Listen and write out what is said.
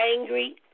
angry